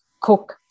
cook